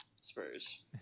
Spurs